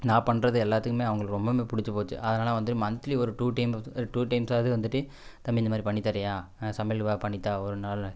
நான் பண்ணுறது எல்லாத்துக்குமே அவர்களுக்கு ரொம்பவுமே பிடிச்சிப் போச்சு அதனால் வந்து மன்த்லி ஒரு டூ டைம் டூ டைம்ஸாவது வந்துட்டு தம்பி இந்தமாதிரி பண்ணித்தரியா சமையல் எதாவது பண்ணித்தா ஒருநாள்